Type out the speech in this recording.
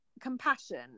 compassion